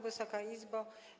Wysoka Izbo!